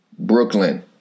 Brooklyn